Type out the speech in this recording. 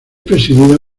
presidida